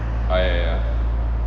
oh ya ya